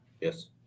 Yes